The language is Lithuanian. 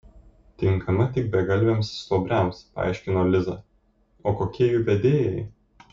tinkama tik begalviams stuobriams paaiškino liza o kokie jų vedėjai